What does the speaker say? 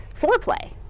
foreplay